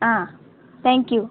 आं थँक्यू